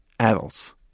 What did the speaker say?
Adults